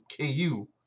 KU